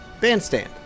bandstand